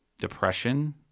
depression